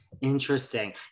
Interesting